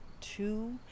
two